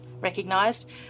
recognised